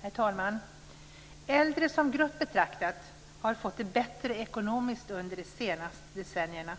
Herr talman! Äldre som grupp betraktat har fått det bättre ekonomiskt under de senaste decennierna.